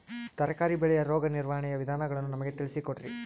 ತರಕಾರಿ ಬೆಳೆಯ ರೋಗ ನಿರ್ವಹಣೆಯ ವಿಧಾನಗಳನ್ನು ನಮಗೆ ತಿಳಿಸಿ ಕೊಡ್ರಿ?